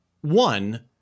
One